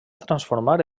transformar